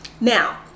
Now